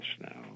now